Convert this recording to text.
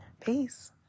Peace